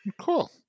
Cool